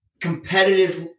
competitive